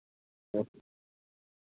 ᱦᱮᱸ